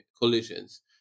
collisions